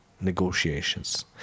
negotiations